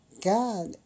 God